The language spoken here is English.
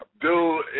Dude